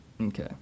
Okay